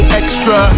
extra